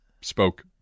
spoke